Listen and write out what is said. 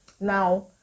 now